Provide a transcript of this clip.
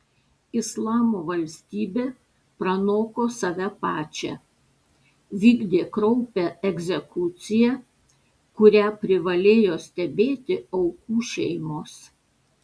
islamo valstybė pranoko save pačią vykdė kraupią egzekuciją kurią privalėjo stebėti aukų šeimos